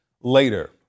later